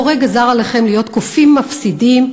הבורא גזר עליכם להיות קופים מפסידים.